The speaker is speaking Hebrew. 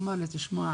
אמר לי, תשמע,